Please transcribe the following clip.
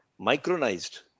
micronized